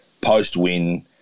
post-win –